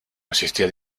asistía